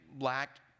lacked